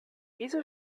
wieso